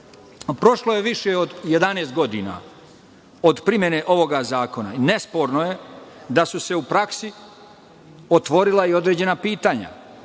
je više od 11 godina od primene ovog zakona. Nesporno je da su se u praksi otvorila i određena pitanja